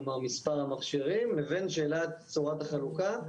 כלומר מספר המכשירים לבין שאלת צורת החלוקה,